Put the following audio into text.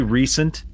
recent